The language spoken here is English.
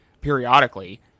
periodically